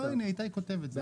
לא, הינה איתי כותב את זה.